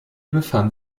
befand